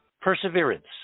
perseverance